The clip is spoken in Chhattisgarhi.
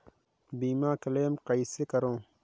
बीमा क्लेम कइसे करों?